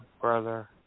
Brother